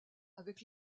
avec